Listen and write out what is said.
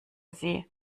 sie